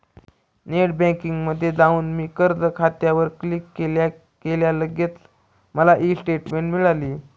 net बँकिंगमध्ये जाऊन मी कर्ज खात्यावर क्लिक केल्या केल्या लगेच मला ई स्टेटमेंट मिळाली